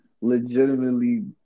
Legitimately